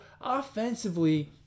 offensively